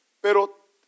pero